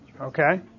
Okay